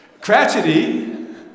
Cratchity